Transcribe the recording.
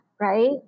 right